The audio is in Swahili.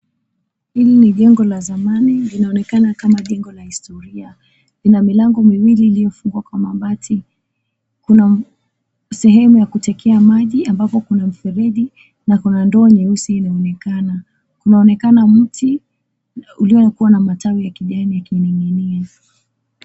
Hili ni jengo la zamani linaloonekana kama jengo la historia. Lina milango miwili ilyofungwa kwa mabati. Kuna sehemu ya kutekea maji ambapo kuna mfereji na kuna ndoo nyeusi inaonekana. Kunaonekana mti uliokuwa na matawi ya kijani yakining'inia.